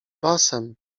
basem